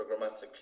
programmatically